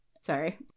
Sorry